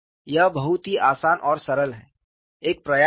यह बहुत ही आसान और सरल है एक प्रयास करें